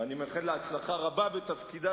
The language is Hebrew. ואני מאחל לה הצלחה רבה בתפקידה,